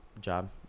job